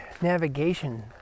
navigation